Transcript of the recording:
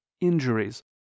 injuries